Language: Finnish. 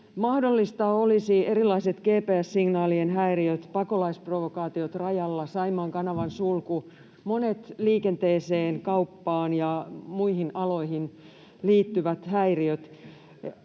Mahdollisia olisivat erilaiset GPS-signaalien häiriöt, pakolaisprovokaatiot rajalla, Saimaan kanavan sulku, monet liikenteeseen, kauppaan ja muihin aloihin liittyvät häiriöt.